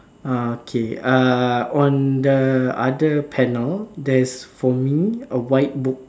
ah K uh on the other panel there's for me a white book